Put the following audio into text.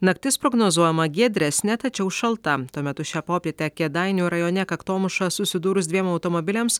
naktis prognozuojama giedresnė tačiau šalta tuo metu šią popietę kėdainių rajone kaktomuša susidūrus dviem automobiliams